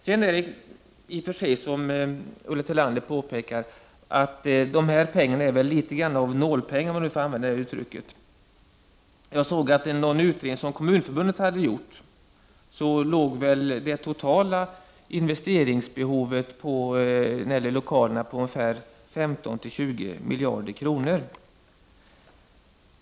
Som Ulla Tillander påpekade är de pengar som nu satsas litet grand av nålpengar, om jag får använda det uttrycket. Enligt en utredning som Kommunförbundet har gjort ligger det totala investeringsbehovet när det gäller lokaler på ungefär 15-20 miljarder kronor.